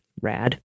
Rad